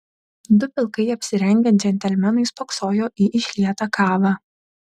du pilkai apsirengę džentelmenai spoksojo į išlietą kavą